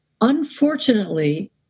unfortunately